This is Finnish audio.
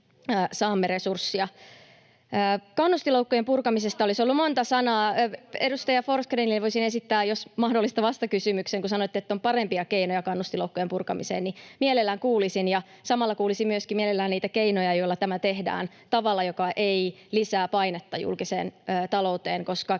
Kannustinloukkujen purkamisesta olisi ollut monta sanaa. Edustaja Forsgrénille voisin esittää, jos mahdollista, vastakysymyksen. Kun sanoitte, että on parempia keinoja kannustinloukkujen purkamiseen, niin mielelläni kuulisin. Samalla kuulisin myöskin mielelläni niitä keinoja, joilla tämä tehdään tavalla, joka ei lisää painetta julkiseen talouteen,